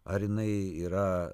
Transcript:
ar jinai yra